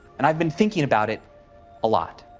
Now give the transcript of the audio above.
and i've been thinking about it a lot.